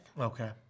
Okay